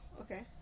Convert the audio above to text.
Okay